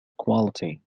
quality